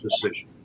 decision